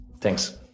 Thanks